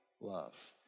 love